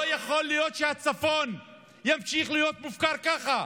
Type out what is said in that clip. לא יכול להיות שהצפון ימשיך להיות מופקר ככה.